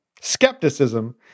skepticism